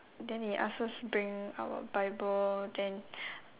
then they ask us bring our bible then